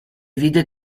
vide